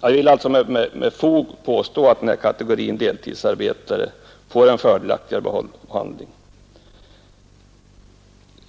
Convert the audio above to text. Jag vill alltså med fog påstå att den här kategorin deltidsarbetare får en fördelaktig behandling.